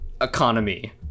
economy